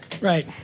Right